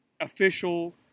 official